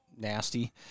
nasty